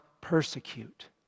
persecute